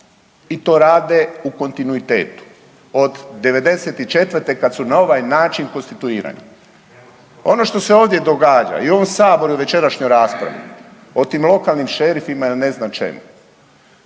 I to rade u kontinuitetu od '94. kad su na ovaj način konstituirane. Ono što se ovdje događa i ovo u Saboru i večerašnjoj raspravo o tim lokalnim šerifima i ne znam čemu,